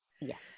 Yes